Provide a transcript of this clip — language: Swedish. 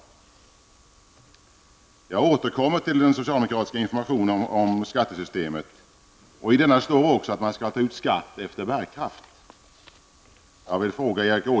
Jag återkommer till den socialdemokratiska informationen om skattesystemet. I denna står också att man skall ta ut skatt efter bärkraft.